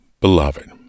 Beloved